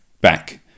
back